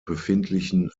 befindlichen